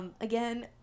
Again